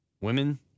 women